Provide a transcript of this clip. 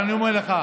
אני אומר לך,